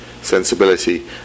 sensibility